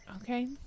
Okay